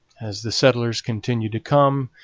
as the settlers continued to come,